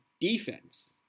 defense